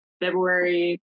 February